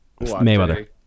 Mayweather